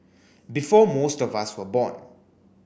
before most of us were born